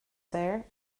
there